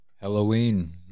Halloween